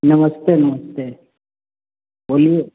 नमस्ते नमस्ते बोलिए